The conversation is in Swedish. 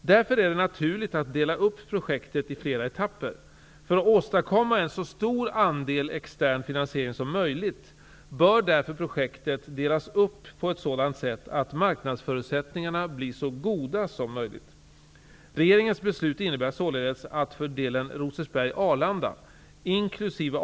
Därför är det naturligt att dela upp projektet i flera etapper. För att åstadkomma en så stor andel extern finansiering som möjligt bör därför projektet delas upp på ett sådant sätt att marknadsförutsättningarna blir så goda som möjligt. Regeringens beslut innebär således att för delen Rosersberg--Arlanda inkl.